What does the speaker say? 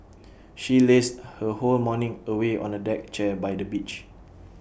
she lazed her whole morning away on A deck chair by the beach